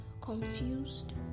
confused